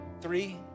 Three